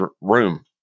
room